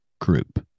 group